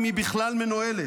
אם היא בכלל מנוהלת.